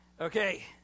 Okay